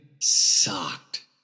sucked